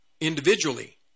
individually